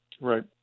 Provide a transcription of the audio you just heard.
Right